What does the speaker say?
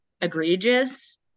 egregious